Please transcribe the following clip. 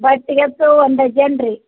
ಬಟ್ಟೆಗಚ್ಚೋವು ಒಂದು ಡಜನ್ ರಿ